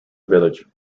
village